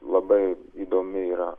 labai įdomi yra